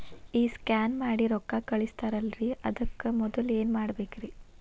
ಈ ಸ್ಕ್ಯಾನ್ ಮಾಡಿ ರೊಕ್ಕ ಕಳಸ್ತಾರಲ್ರಿ ಅದಕ್ಕೆ ಮೊದಲ ಏನ್ ಮಾಡ್ಬೇಕ್ರಿ?